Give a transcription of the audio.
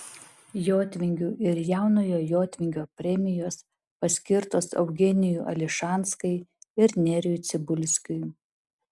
jotvingių ir jaunojo jotvingio premijos paskirtos eugenijui ališankai ir nerijui cibulskui